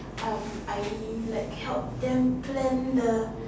um I really like helped them plan the